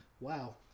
wow